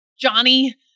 Johnny